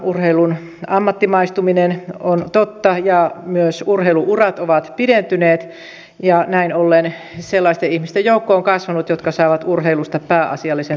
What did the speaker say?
urheilun ammattimaistuminen on totta ja myös urheilu urat ovat pidentyneet ja näin ollen sellaisten ihmisten joukko on kasvanut jotka saavat urheilusta pääasiallisen toimeentulonsa